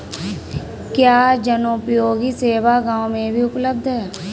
क्या जनोपयोगी सेवा गाँव में भी उपलब्ध है?